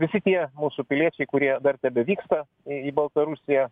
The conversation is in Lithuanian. visi tie mūsų piliečiai kurie dar tebevyksta į baltarusiją